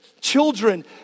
children